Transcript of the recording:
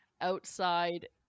outside